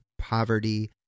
poverty